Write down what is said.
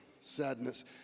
sadness